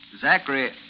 Zachary